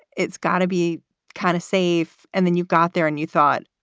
it's got to be kind of safe. and then you got there and you thought,